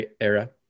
era